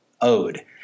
owed